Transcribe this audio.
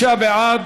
65 בעד,